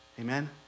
Amen